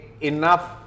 enough